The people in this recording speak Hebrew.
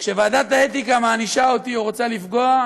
כשוועדת האתיקה מענישה אותי או רוצה לפגוע,